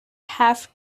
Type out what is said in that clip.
have